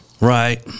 Right